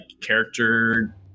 character